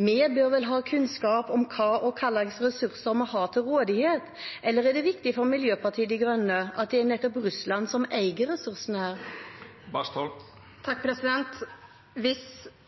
Vi bør vel ha kunnskap om hva og hva slags ressurser vi har til rådighet – eller er det viktig for Miljøpartiet De Grønne at det er nettopp Russland som eier ressursene? Hvis